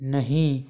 नहीं